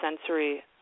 sensory